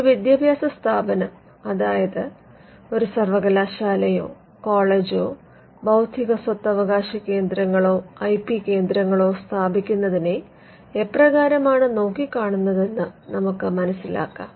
ഒരു വിദ്യാഭ്യാസ സ്ഥാപനം അതായത് ഒരു സർവ്വകലാശാലയോ കോളേജോ ബൌദ്ധിക സ്വത്തവകാശ കേന്ദ്രങ്ങളോ ഐ പി കേന്ദ്രങ്ങളോ സ്ഥാപിക്കുന്നതിനെ എപ്രകാരമാണ് നോക്കി കാണുന്നത് എന്നും നമുക്ക് മനസിലാക്കാം